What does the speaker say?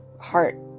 heart